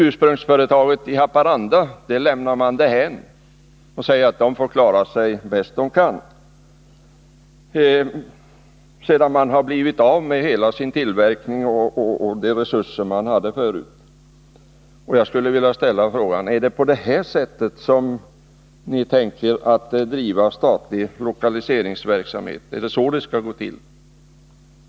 Ursprungsföretaget i Haparanda lämnar ni därhän och säger att det får klara sig bäst det kan, sedan man blivit av med hela sin tillverkning och de resurser man hade förut. Jag skulle vilja fråga: Är det på det här sättet som ni tänker driva statlig lokaliseringsverksamhet? Är det så det skall gå till?